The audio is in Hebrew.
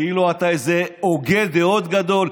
כאילו אתה איזה הוגה דעות גדול,